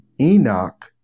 Enoch